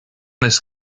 this